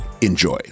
Enjoy